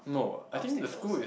obstacles